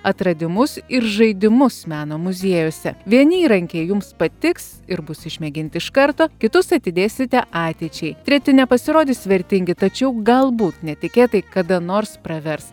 atradimus ir žaidimus meno muziejuose vieni įrankiai jums patiks ir bus išmėginti iš karto kitus atidėsite ateičiai treti nepasirodys vertingi tačiau galbūt netikėtai kada nors pravers